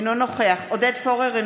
אינו נוכח עודד פורר,